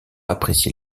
apprécier